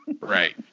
Right